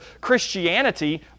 Christianity